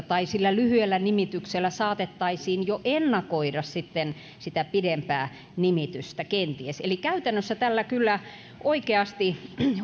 tai sillä lyhyellä nimityksellä saatettaisiin kenties jo ennakoida sitä pidempää nimitystä eli käytännössä tällä kyllä oikeasti